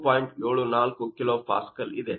74kPa ಇದೆ